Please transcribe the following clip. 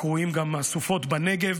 הקרויות גם "הסופות בנגב",